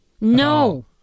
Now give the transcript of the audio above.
No